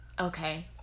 okay